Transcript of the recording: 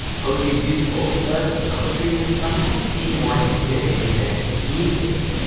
poetry is useful. but poetry can sometimes seem more intimidating than it needs to be.